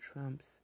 Trump's